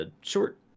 short